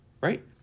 Right